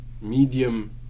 medium